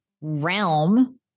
realm